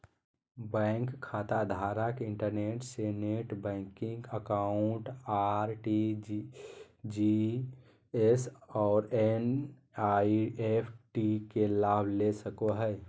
bank खाताधारक internet से net banking account, RTGS और एन.इ.एफ.टी के लाभ ले सको हइ